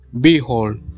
Behold